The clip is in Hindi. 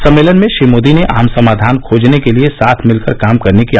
सम्मेलन में श्री मोदी ने आम समाधान खोजने के लिये साथ मिलकर काम करने की है